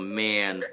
man